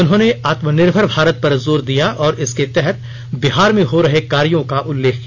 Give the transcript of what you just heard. उन्होंने आत्मनिर्भर भारत पर जोर दिया और इसके तहत बिहार में हो रहे कार्यो का उल्लेख किया